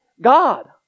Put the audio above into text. God